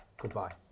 goodbye